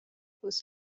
fuss